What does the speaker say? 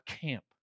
camp